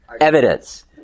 evidence